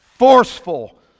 Forceful